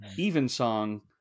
Evensong